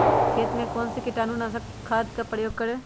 खेत में कौन से कीटाणु नाशक खाद का प्रयोग करें?